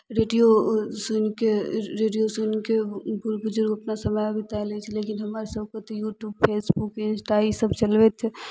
radio ओ सुनिके radio सुनिके बुढ़ बुजुर्ग अपना समय बिता लै छै लेकिन हमर सबके तऽ यूट्यूब फेसबुक इंस्टा ईसब चलबैत